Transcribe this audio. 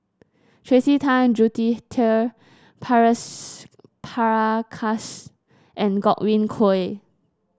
Tracey Tan Prakash and Godwin Koay